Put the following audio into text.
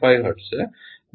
5 hertz છે